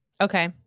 Okay